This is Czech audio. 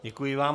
Děkuji vám.